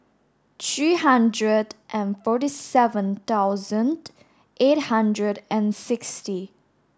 three hundred and forty seven thousand eight hundred and sixty